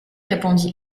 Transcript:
répondit